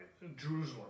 Jerusalem